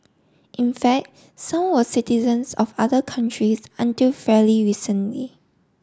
in fact some were citizens of other countries until fairly recently